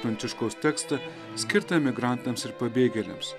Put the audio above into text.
pranciškaus tekstą skirtą migrantams ir pabėgėliams